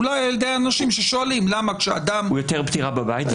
אולי על ידי האנשים ששואלים למה כשאדם --- הוא יותר פטירה בבית,